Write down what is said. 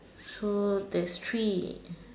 so there's three